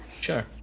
Sure